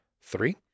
three